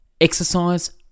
exercise